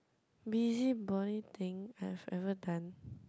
busybody thing I've ever done